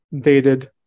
dated